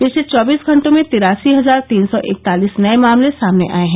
पिछले चौबीस घंटों में तिरासी हजार तीन सौ इकतालिस नये मामले सामने आये हैं